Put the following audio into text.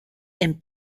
and